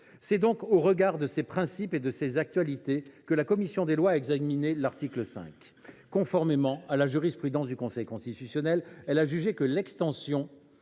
C’est donc au regard de ces principes et de cette actualité que la commission des lois a examiné l’article 5. Conformément à la jurisprudence du Conseil constitutionnel, elle a jugé que l’extension